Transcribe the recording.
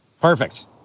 Perfect